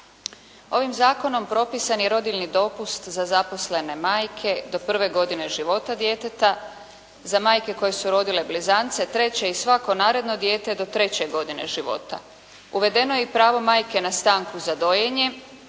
Ovim zakonom propisan je rodiljni dopust za zaposlene majke do prve godine života djeteta, za majke koje su rodile blizance, treće i svako naredno dijete do treće godine života. Uvedeno je i pravo majke na stanku za dojenje,